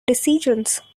decisions